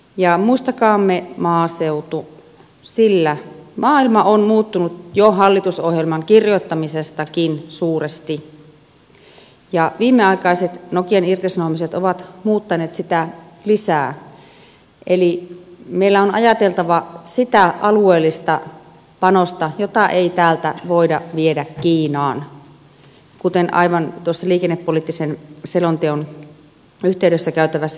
ja muistakaamme maaseutu sillä maailma on muuttunut jo hallitusohjelman kirjoittamisestakin suuresti ja viimeaikaiset nokian irtisanomiset ovat muuttaneet sitä lisää eli meillä on ajateltava sitä alueellista panosta jota ei täältä voida viedä kiinaan kuten aivan tuossa liikennepoliittisen selonteon yhteydessä käydyssä keskustelussa tuli ilmi